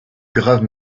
grave